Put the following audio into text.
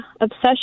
obsession